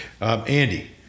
Andy